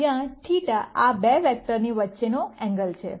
જ્યાં θ આ બે વેક્ટરની વચ્ચેનો એંગલ છે